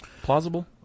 plausible